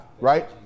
Right